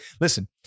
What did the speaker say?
Listen